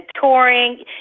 touring